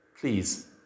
Please